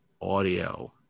audio